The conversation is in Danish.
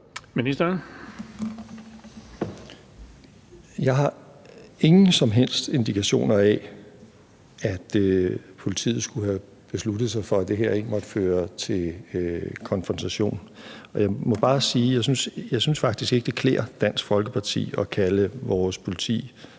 Jeg har ingen som helst indikationer af, at politiet skulle have besluttet sig for, at det her ikke måtte føre til konfrontation. Jeg må bare sige, at jeg faktisk ikke synes det klæder Dansk Folkeparti at kalde vores politi